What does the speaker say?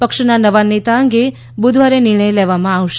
પક્ષના નવા નેતા અંગે બુધવારે નિર્ણય લેવાશે